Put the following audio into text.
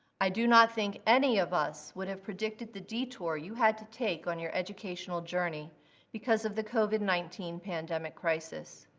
i do not think any of us would have predicted the detour you had to take on your educational journey because of the covid nineteen pandemic crisis.